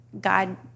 God